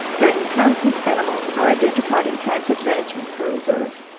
threatened plants and animals are identified in plans of management for a reserve.